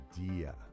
idea